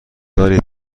دارید